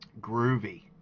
Groovy